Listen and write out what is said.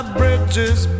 bridges